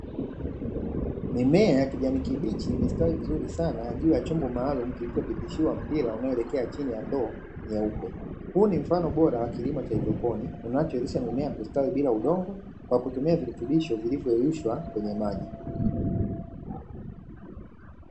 Mimea ya kijani kibichi imestawi vizuri sana juu ya chombo maalumu kilicho pitishiwa mpira unaolekea chini ya ndoo nyeupe, huu ni mfano bora wa kilimo cha haidroponi unachowezesha mimea kustawi vizuri bila kutumia udongo kwa kutumia virutubisho vilivyo yeyushwa kwenye maji.